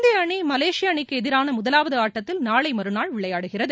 இந்திய அணி மலேஷிய அணிக்கு எதிரான முதலாவது ஆட்டத்தில் நாளை மறுநாள் விளையாடுகிறது